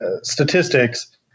statistics